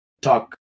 talk